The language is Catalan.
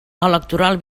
electoral